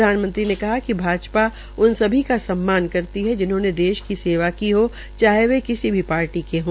प्रधानमंत्री ने कहा कि भाजपा उन सभी का सम्मान करती है जिन्होंने देश की सेवा की हो चाहे वे किसी भी पार्टी के हो